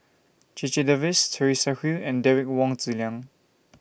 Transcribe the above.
Checha Davies Teresa Hsu and Derek Wong Zi Liang